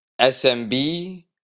SMB